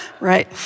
Right